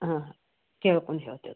ಹಾಂ ಕೇಳ್ಕೊಂಡ್ ಹೇಳ್ತೇವೆ